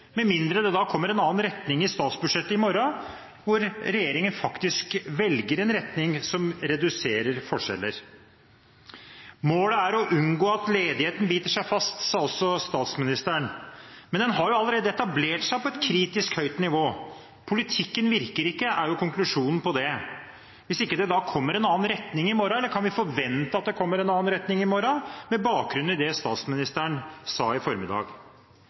med mindre det kommer en annen retning i statsbudsjettet i morgen, hvor regjeringen faktisk velger en retning som reduserer forskjeller. Målet er å «unngå at ledigheten biter seg fast», sa også statsministeren. Men den har jo allerede etablert seg på et kritisk høyt nivå. Politikken virker ikke, er konklusjonen på det – hvis ikke det kommer en annen retning i morgen. Kan vi forvente at det kommer en annen retning i morgen med bakgrunn i det statsministeren sa i formiddag?